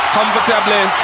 comfortably